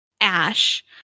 Ash